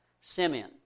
Simeon